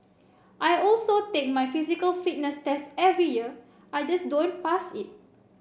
I also take my physical fitness test every year I just don't pass it